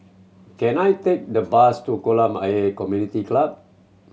can I take the bus to Kolam Ayer Community Club